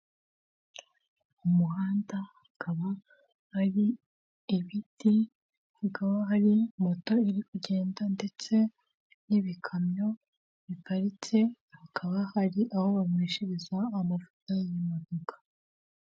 Mu muhanda hakaba hari ibiti, hakaba hari moto iri kugenda, ndetse n'ibikamyo biparitse, hakaba hari aho banyweshereza amavuta y'imodoka.